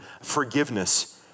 forgiveness